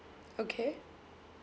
okay